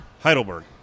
Heidelberg